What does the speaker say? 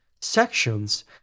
sections